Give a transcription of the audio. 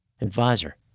Advisor